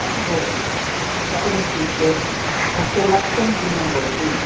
अपि भवति कथमित्युक्ते तस्य लक्षं भिन्नं भवति